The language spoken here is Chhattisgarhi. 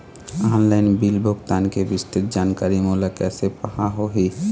ऑनलाइन बिल भुगतान के विस्तृत जानकारी मोला कैसे पाहां होही?